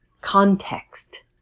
context